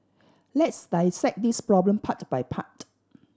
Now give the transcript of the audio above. let's dissect this problem part by part